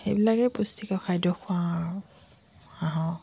সেইবিলাকেই পুষ্টিকৰ খাদ্য খোৱাও আৰু হাঁহক